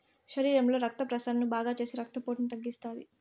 శరీరంలో రక్త ప్రసరణను బాగాచేసి రక్తపోటును తగ్గిత్తాది